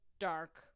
dark